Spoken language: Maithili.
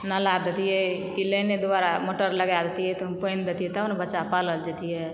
नाला दैतियै की लाइने द्वारा मोटर लगा दैतियै तब ओ मे पानि दैतियै तब ने बच्चा पालल जैतियै